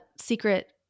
secret